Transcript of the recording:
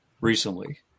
recently